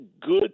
Good